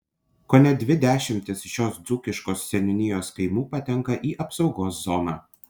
kone dvi dešimtys šios dzūkiškos seniūnijos kaimų patenka į apsaugos zoną